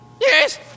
Yes